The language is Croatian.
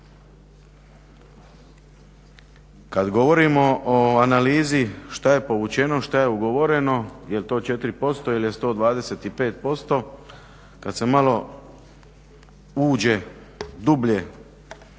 kad se malo uđe dublje,